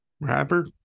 Rapper